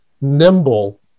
nimble